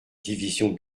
division